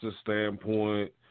standpoint